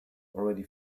already